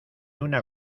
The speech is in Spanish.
una